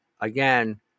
again